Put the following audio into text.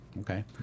Okay